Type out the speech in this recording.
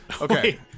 Okay